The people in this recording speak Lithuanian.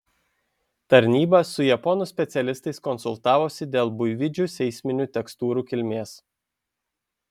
tarnyba su japonų specialistais konsultavosi dėl buivydžių seisminių tekstūrų kilmės